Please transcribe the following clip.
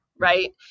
right